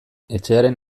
etxearen